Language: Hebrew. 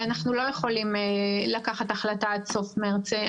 אנחנו לא יכולים לקחת החלטה עד סוף מרץ.